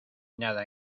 nada